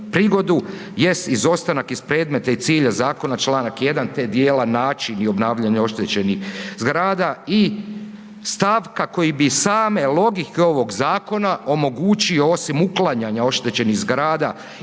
prigodu, jest izostanak iz predmeta i cilja zakona čl. 1. te dijela, način i obnavljanje oštećenih zgrada i stavka koji bi same logike ovog zakona omogućio osim uklanjanja oštećenih zgrada izrijekom